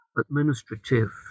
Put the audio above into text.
administrative